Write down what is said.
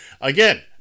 again